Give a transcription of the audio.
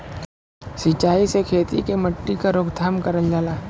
सिंचाई से खेती के मट्टी क रोकथाम करल जाला